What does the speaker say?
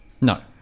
No